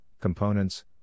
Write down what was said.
components